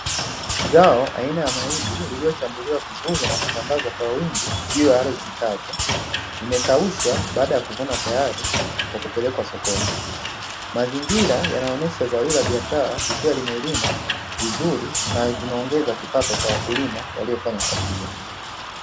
Zao aina ya mahindi lililochambuliwa vizuri na kutandazwa kwa wingi juu ya ardhi kavu, imekaushwa baada ya kuvunwa tayari kwa kupelekwa sokoni. Mazingira yanaonyesha zao hili la biashara likiwa limelimwa vizuri na linaongeza kipato kwa wakulima waliofanya kazi hiyo.